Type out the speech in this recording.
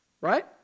Right